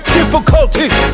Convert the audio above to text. difficulties